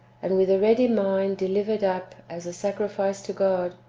and with a ready mind delivered up, as a sacrifice to god,